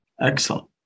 Excellent